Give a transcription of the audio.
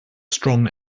strong